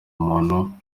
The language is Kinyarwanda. muntu